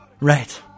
Right